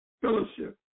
fellowship